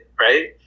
right